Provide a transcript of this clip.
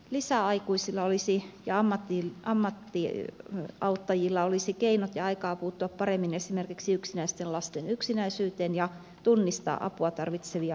lisäaikuisilla ja ammattiauttajilla olisi keinot ja aikaa puuttua paremmin esimerkiksi yksinäisten lasten yksinäisyyteen ja tunnistaa apua tarvitsevia lapsia